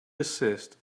desist